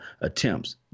attempts